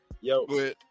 Yo